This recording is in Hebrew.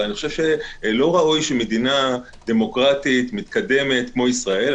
לא ראוי שמדינה דמוקרטית מתקדמת כמו ישראל,